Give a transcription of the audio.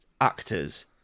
actors